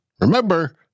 Remember